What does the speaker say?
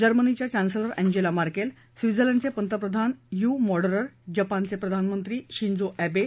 जर्मनीच्या chancellor Angela Merkel स्वीत्झरलँडचे प्रधानमंत्री यू माऊरर जपानचे प्रधानमंत्री शिंजो अहे